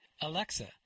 Alexa